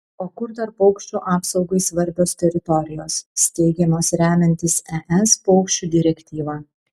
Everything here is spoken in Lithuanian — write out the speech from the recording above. o kur dar paukščių apsaugai svarbios teritorijos steigiamos remiantis es paukščių direktyva